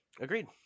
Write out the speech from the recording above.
Agreed